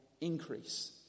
increase